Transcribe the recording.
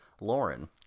Lauren